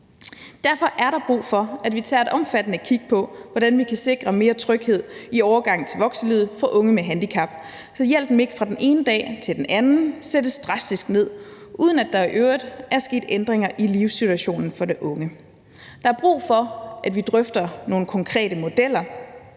Derfor er der brug for, at vi tager et omfattende kig på, hvordan vi kan sikre mere tryghed i overgangen til voksenlivet for unge med handicap, så hjælpen ikke fra den ene dag til den anden sættes drastisk ned, uden at der i øvrigt er sket ændringer i livssituationen for den unge. Der er brug for, at vi drøfter nogle konkrete modeller,